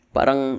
Parang